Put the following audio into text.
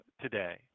today